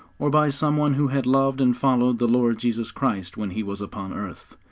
or by some one who had loved and followed the lord jesus christ when he was upon earth.